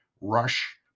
Rush